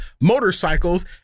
motorcycles